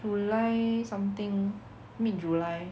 july something mid july